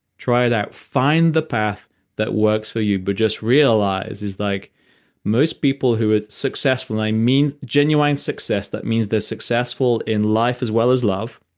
try it out. find the path that works for you, but just realize is like most people who are successful, i mean genuine success that means they're successful in life as well as love,